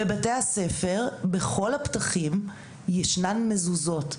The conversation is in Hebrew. בבתי הספר, בכל הפתחים ישנן מזוזות,